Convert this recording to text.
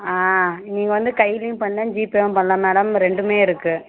ஆ நீங்கள் வந்து கைலையும் பண்ணலாம் ஜிபேயும் பண்ணலாம் மேடம் ரெண்டுமே இருக்குது